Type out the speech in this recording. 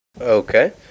Okay